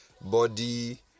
body